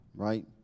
Right